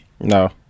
No